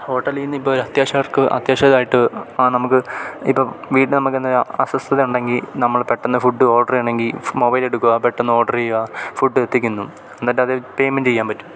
ഹോട്ടലില് നിന്ന് ഇപ്പോള് ഒരു അത്യാവശ്യമായിട്ട് ആ നമുക്ക് ഇപ്പം വീട്ടിലെന്തെങ്കിലും അസൗകര്യമുണ്ടെങ്കില് നമുക്ക് പെട്ടെന്ന് ഫുഡ് ഓർഡര് ചെയ്യണമെങ്കില് മൊബൈലെടുക്കുക പെട്ടെന്ന് ഓർഡര് ചെയ്യുക ഫുഡ് എത്തിക്കുന്നു എന്നിട്ടത് പേയ്മെൻറ്റ് ചെയ്യാന് പറ്റും